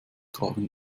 tragen